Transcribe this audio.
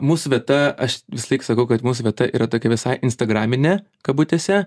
mūsų vieta aš visąlaik sakau kad mūsų vieta yra tokia visai instagraminė kabutėse